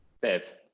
Bev